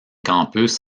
campus